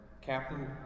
Captain